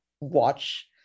watch